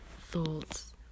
thoughts